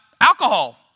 alcohol